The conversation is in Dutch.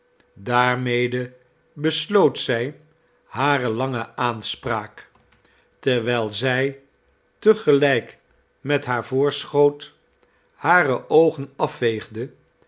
daarmede besloot zij hare lange aanspraak terwijl zij te gelijk met haar voorschoot hare oogen afveegde